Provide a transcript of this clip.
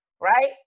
Right